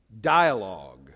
dialogue